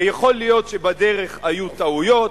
ויכול להיות שבדרך היו טעויות,